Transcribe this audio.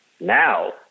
Now